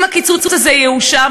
אם הקיצוץ הזה יאושר,